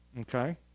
okay